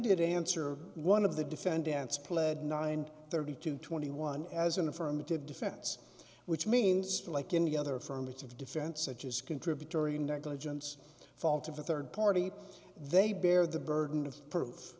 amended answer one of the defendants pled nine thirty two twenty one as an affirmative defense which means like any other firm it's of defense such as contributory negligence fault of a third party they bear the burden of proof